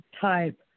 type